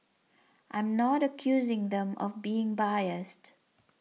I'm not accusing them of being biased